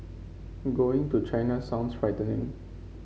going to China sounds frightening